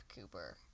Cooper